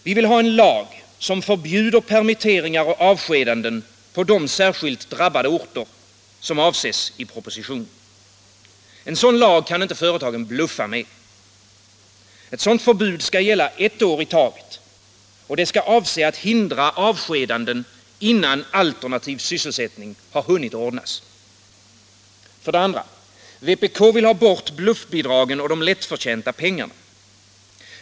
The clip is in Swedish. Vi vill ha en lag som förbjuder permitteringar och avskedanden på 2 de särskilt drabbade orter som avses i propositionen. En sådan lag kan inte företagen bluffa med. Ett förbud skall gälla ett år i taget. Det skall avse att hindra avskedanden innan alternativ sysselsättning hunnit ordnas. Vpk vill ha bort bluffbidragen och de lättförtjänta pengarna.